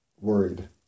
worried